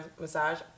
massage